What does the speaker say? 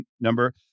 number